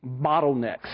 bottlenecks